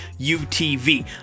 UTV